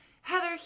Heather